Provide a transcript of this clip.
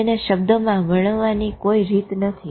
તેને શબ્દોમાં વર્ણવવાની કોઈ રીત નથી